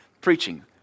preaching